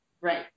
Right